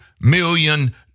million